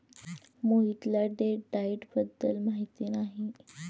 मोहितला date diet बद्दल माहिती नाही